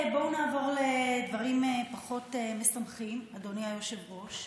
בואו נעבור לדברים פחות משמחים, אדוני היושב-ראש.